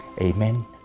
Amen